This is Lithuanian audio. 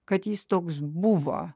kad jis toks buvo